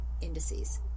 indices